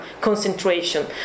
concentration